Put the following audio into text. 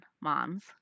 moms